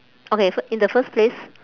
okay fi~ in the first place